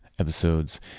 Episodes